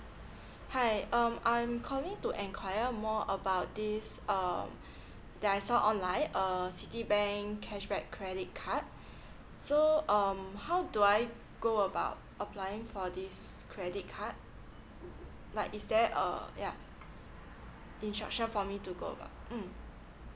hi um I'm calling to enquire more about this um that I saw online uh citibank cashback credit card so um how do I go about applying for this credit card like is there uh yeah instruction for me to go um